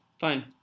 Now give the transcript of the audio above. fine